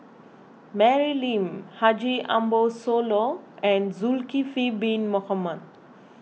Mary Lim Haji Ambo Sooloh and Zulkifli Bin Mohamed